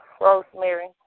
Rosemary